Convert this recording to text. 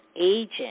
Agent